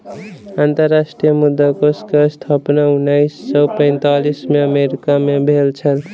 अंतर्राष्ट्रीय मुद्रा कोष के स्थापना उन्नैस सौ पैंतालीस में अमेरिका मे भेल छल